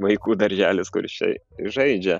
vaikų darželis kuris čia žaidžia